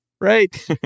right